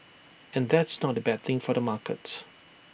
and that's not A bad thing for the market